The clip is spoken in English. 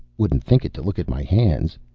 wouldn't think it to look at my hands.